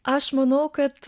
aš manau kad